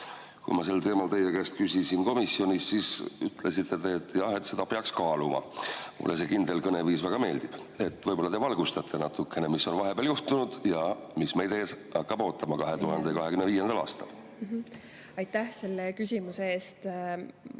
Kui ma sel teemal teie käest küsisin komisjonis, siis te ütlesite, et seda peaks kaaluma. Mulle see kindel kõneviis väga meeldib. Aga võib-olla te valgustate natuke, mis on vahepeal juhtunud ja mis meid ees ootab 2025. aastal. Aitäh, austatud